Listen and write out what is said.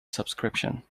subscription